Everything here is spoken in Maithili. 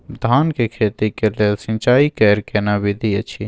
धान के खेती के लेल सिंचाई कैर केना विधी अछि?